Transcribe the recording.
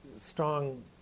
strong